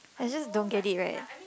I just don't get it right